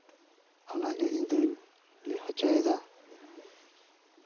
ᱚᱱᱟᱜᱮ ᱤᱧᱫᱚᱹᱧ ᱞᱟᱹᱭ ᱦᱚᱪᱚᱭᱮᱫᱟ